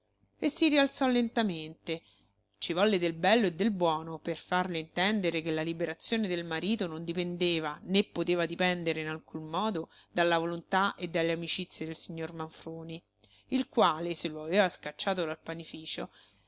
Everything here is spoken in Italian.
e si rialzò lentamente ci volle del bello e del buono per farle intendere che la liberazione del marito non dipendeva né poteva dipendere in alcun modo dalla volontà e dalle amicizie del signor manfroni il quale se lo aveva scacciato dal panificio